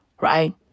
right